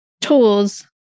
tools